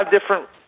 different